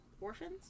Orphans